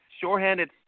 shorthanded